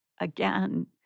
again